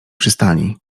przystani